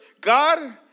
God